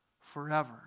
forever